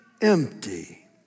empty